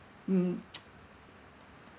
mm